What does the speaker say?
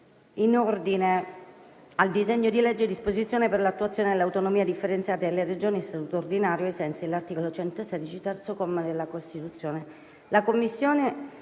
autonomie Calderoli Roberto Disposizioni per l'attuazione dell'autonomia differenziata delle Regioni a statuto ordinario ai sensi dell'articolo 116, terzo comma, della Costituzione